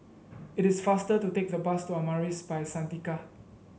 it is faster to take the bus to Amaris By Santika